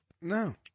No